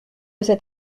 cet